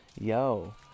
Yo